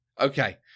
Okay